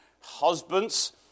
husbands